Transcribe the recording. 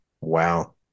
Wow